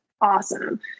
awesome